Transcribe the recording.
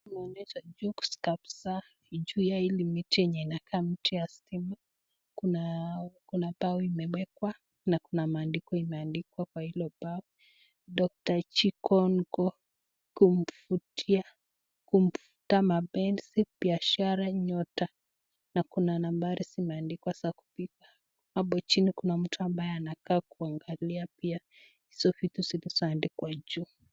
Tunaona Juice Cups kabisa juu ya hii miti yenye inakaa mti ya simu. Kuna kuna bao imewekwa na kuna maandiko imeandikwa kwa hilo bao, Dr Chikongo kumfutia, kumfuta mabenshi biashara nyota, na kuna nambari zimeandikwa za kupiga. Hapo chini kuna mtu ambaye anakaa kuangalia pia hizo vitu zilizosadikwa juu.